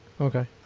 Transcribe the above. Okay